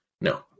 No